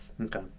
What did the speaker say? Okay